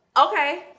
okay